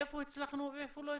איפה הצלחנו ואיפה לא הצלחנו.